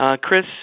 Chris